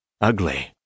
Ugly